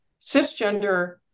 cisgender